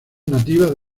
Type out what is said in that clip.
nativas